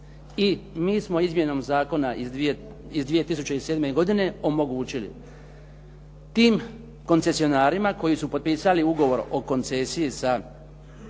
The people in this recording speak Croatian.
I mi smo izmjenom zakona iz 2007. godine omogućili tim koncesionarima koji su potpisali ugovor o koncesiji sa